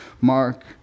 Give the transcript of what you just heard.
Mark